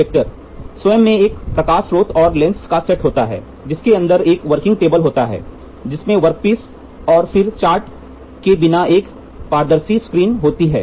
projector स्वयं में एक प्रकाश स्रोत और लेंस का सेट होता है जिसके अंदर एक वर्किंग टेबल होती है जिसमें वर्कपीस और फिर चार्ट के बिना एक पारदर्शी स्क्रीन होती है